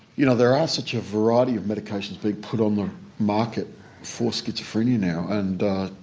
you know there are such a variety of medications being put on the market for schizophrenia now. and